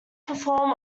perform